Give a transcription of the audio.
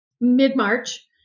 mid-March